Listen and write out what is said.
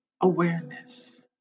awareness